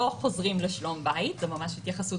לא חוזרים לשלום בית זו ממש התייחסות